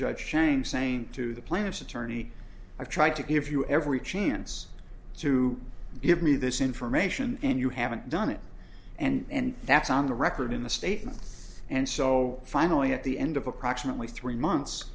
judge shame saying to the plaintiff's attorney i've tried to give you every chance to give me this information and you haven't done it and that's on the record in the statement and so finally at the end of approximately three months